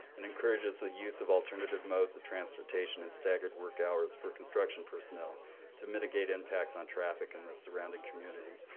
and encourages the use of alternative modes of transportation and staggered work hours for construction personnel to mitigate impacts on traffic in the surrounding community.